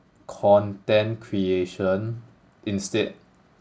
content creation instead